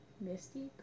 Misty